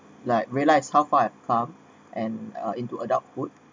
like realize how far at far and uh into adulthood